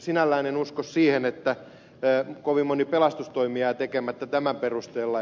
sinällään en usko siihen että kovin moni pelastustoimi jää tekemättä tämän perusteella